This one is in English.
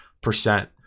percent